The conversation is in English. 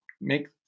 make